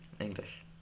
English